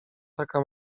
taka